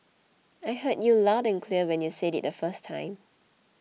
I heard you loud and clear when you said it the first time